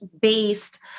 based